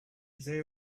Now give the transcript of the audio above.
they